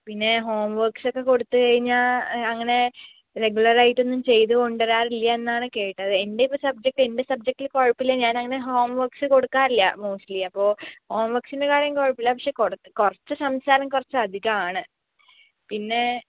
പിന്നെ ഹോംവർക്ക്സൊക്കെ കൊടുത്ത് കഴിഞ്ഞാൽ അങ്ങനെ റെഗുലറായിട്ടൊന്നും ചെയ്തു കൊണ്ടുവരാറില്യ എന്നാണ് കേട്ടത് എൻ്റെ ഇപ്പൊൾ സബ്ജെക്ട് എൻ്റെ സബ്ജെക്ടിൽ കുഴപ്പമില്ല ഞാനങ്ങനെ ഹോംവർക്ക്സ് കൊടുക്കാറില്ല മോസ്റ്റ്ലി അപ്പോൾ ഹോംവർക്ക്സിൻ്റെ കാര്യം കുഴപ്പമില്ല പക്ഷെ കൊടുത്ത് കുറച്ച് സംസാരം കുറച്ച് അധികവാണ് പിന്നേ